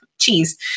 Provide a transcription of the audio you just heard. Cheese